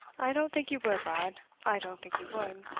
i don't think you would, lad i don't think you would,